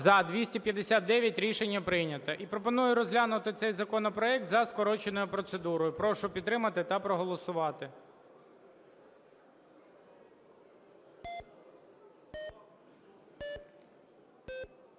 За – 259 Рішення прийнято. І пропоную розглянути цей законопроект за скороченою процедурою. Прошу підтримати та проголосувати.